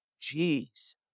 Jeez